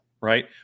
right